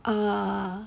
err